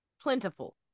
plentiful